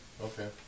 Okay